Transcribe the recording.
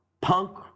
punk